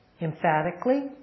emphatically